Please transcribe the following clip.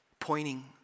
Pointing